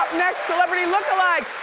next, celebrity look-a-likes,